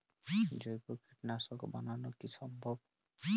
জৈব কীটনাশক বানানো কি সম্ভব?